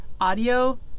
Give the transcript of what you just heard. audio